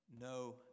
no